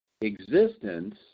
existence